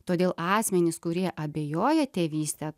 todėl asmenys kurie abejoja tėvyste